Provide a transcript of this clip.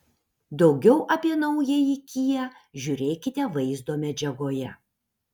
daugiau apie naująjį kia žiūrėkite vaizdo medžiagoje